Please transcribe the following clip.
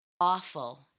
awful